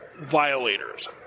violators